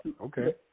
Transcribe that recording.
Okay